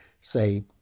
say